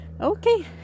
okay